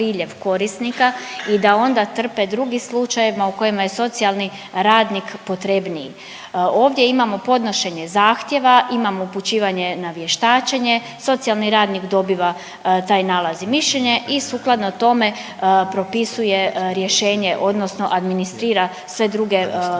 i da onda trpe drugi slučaj u kojima je socijalni radnik potrebniji. Ovdje imamo podnošenje zahtjeva, imamo upućivanje na vještačenje, socijalni radnik dobiva taj nalaz i mišljenje i sukladno tome propisuje rješenje odnosno administrira sve drugo, sve